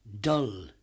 dull